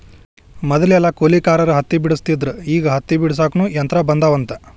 ಮದಲೆಲ್ಲಾ ಕೂಲಿಕಾರರ ಹತ್ತಿ ಬೆಡಸ್ತಿದ್ರ ಈಗ ಹತ್ತಿ ಬಿಡಸಾಕುನು ಯಂತ್ರ ಬಂದಾವಂತ